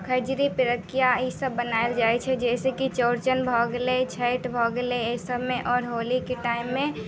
खजूरी पिरुकिआ ईसब बनाएल जाइ छै जइसेकि चौरचन भऽ गेलै छइठ भऽ गेलै एहि सबमे आओर होलीके टाइममे